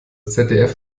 zdf